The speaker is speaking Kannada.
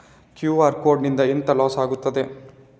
ಕ್ಯೂ.ಆರ್ ಕೋಡ್ ನಿಂದ ಎಂತ ಲಾಸ್ ಆಗ್ತದೆ?